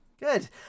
Good